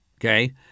Okay